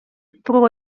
про